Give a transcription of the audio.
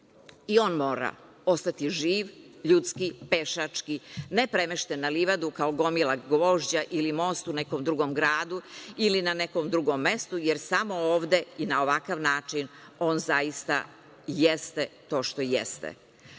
On mora ostati živ, ljudski, pešački, ne premešten na livadu kao gomila gvožđa ili most u nekom drugom gradu ili na nekom drugom mestu, jer samo ovde i na ovakav način on zaista jeste to što